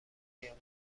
بیام